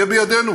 תהיה בידינו,